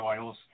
oils